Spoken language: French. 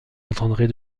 entendrez